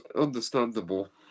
understandable